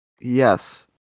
Yes